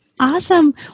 Awesome